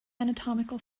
anatomical